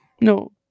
No